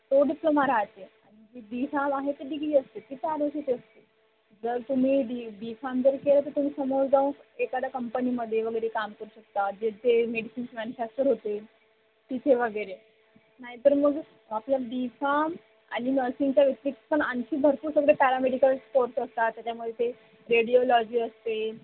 तो डिप्लोमा राहते आणि जे बी फार्म आहे ते डिग्री असते ती चार वर्षेच असते जर तुम्ही डी डी डी फार्म जर केलं तर तुम्ही समोर जाऊन एखाद्या कंपनीमध्ये वगैरे काम करू शकता जे जे मेडिसिन्स मॅन्युफॅक्चर होते तिथे वगैरे नाही तर मग आपल्या बी फार्म आणि नर्सिंगच्या व्यतिरिक्त पण आणखी भरपूर सगळे पॅरामेडिकल कोर्स असतात त्याच्यामध्ये ते रेडिओलॉजी असते